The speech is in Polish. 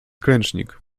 klęcznik